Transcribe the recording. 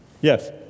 Yes